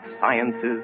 sciences